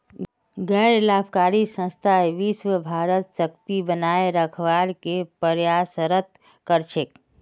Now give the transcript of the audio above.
गैर लाभकारी संस्था विशव भरत शांति बनए रखवार के प्रयासरत कर छेक